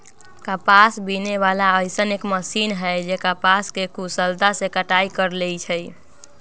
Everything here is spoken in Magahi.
कपास बीने वाला अइसन एक मशीन है जे कपास के कुशलता से कटाई कर लेई छई